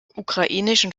ukrainischen